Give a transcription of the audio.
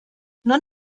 non